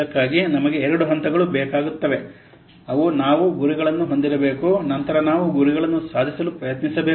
ಇದಕ್ಕಾಗಿ ನಮಗೆ ಎರಡು ಹಂತಗಳು ಬೇಕಾಗುತ್ತವೆ ಅದು ನಾವು ಗುರಿಗಳನ್ನು ಹೊಂದಿಸಬೇಕು ನಂತರ ನಾವು ಗುರಿಗಳನ್ನು ಸಾಧಿಸಲು ಪ್ರಯತ್ನಿಸಬೇಕು